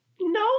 No